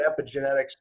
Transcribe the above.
epigenetics